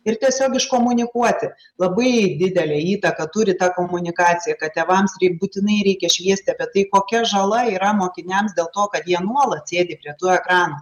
ir tiesiog iškomunikuoti labai didelę įtaką turi ta komunikacija kad tėvams būtinai reikia šviesti apie tai kokia žala yra mokiniams dėl to kad jie nuolat sėdi prie tų ekranų